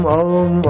om